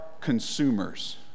consumers